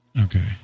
Okay